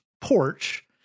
porch